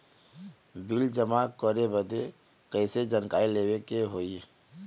Bill जमा करे बदी कैसे जानकारी लेवे के होई?